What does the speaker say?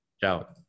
Ciao